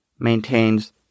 maintains